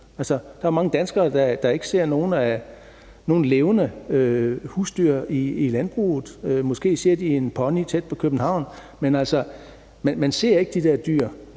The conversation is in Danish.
Der er mange danskere, der ikke ser nogen levende husdyr i landbruget. Måske ser de en pony tæt på København, men altså, man ser ikke de der dyr.